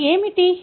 అవి ఏమిటి